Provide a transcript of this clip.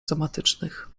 somatycznych